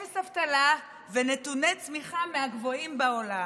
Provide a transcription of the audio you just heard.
אפס אבטלה ונתוני צמיחה מהגבוהים בעולם.